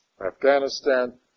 Afghanistan